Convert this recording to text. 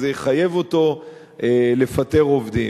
וזה יחייב אותו לפטר עובדים,